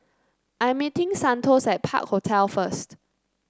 I'm meeting Santos at Park Hotel first